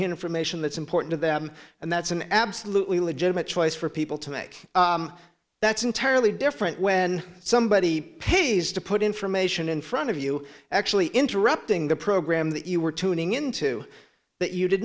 hear information that's important to them and that's an absolutely legitimate choice for people to make that's entirely different when somebody pays to put information in front of you actually interrupting the program that you were tuning into that you did